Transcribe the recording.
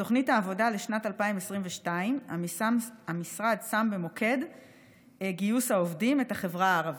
בתוכנית העבודה לשנת 2022 המשרד שם במוקד גיוס העובדים את החברה הערבית.